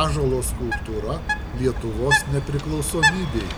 ąžuolo skulptūra lietuvos nepriklausomybei